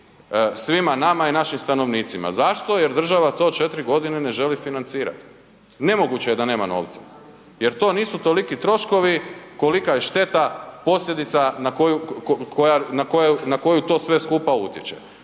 svima nama i našim stanovnicima. Zašto? Jer država to 4 godine ne želi financirati. Nemoguće je da nema novca jer to nisu toliki troškovi kolika je šteta posljedica na koju to sve skupa utječe.